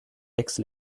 aix